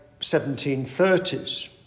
1730s